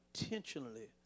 intentionally